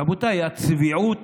רבותיי, הצביעות